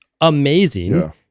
amazing